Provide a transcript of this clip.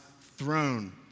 throne